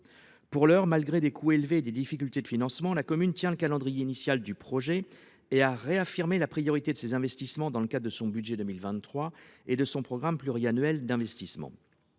Pour l'heure, malgré des coûts élevés et des difficultés de financement, la commune tient le calendrier initial du projet. Elle a réaffirmé la priorité de ces investissements dans le cadre de son budget pour 2023 et de son programme pluriannuel d'investissement.